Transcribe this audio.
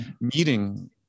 meeting